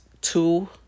two